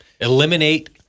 Eliminate